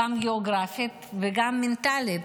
גם גיאוגרפית וגם מנטלית.